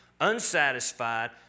unsatisfied